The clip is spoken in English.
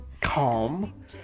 calm